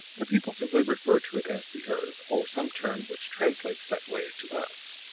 the people simply refer to it as the earth, or some term which translates that way to us.